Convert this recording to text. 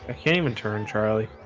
i can't even turn charlie.